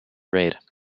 raid